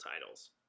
titles